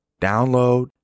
Download